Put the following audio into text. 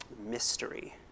mystery